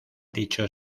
dicho